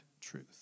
truth